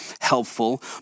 helpful